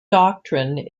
doctrine